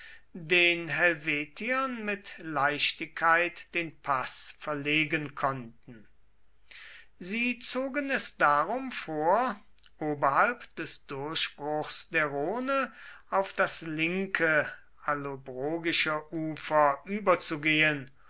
den helvetiern mit leichtigkeit den paß verlegen konnten sie zogen es darum vor oberhalb des durchbruchs der rhone auf das linke allobrogische ufer überzugehen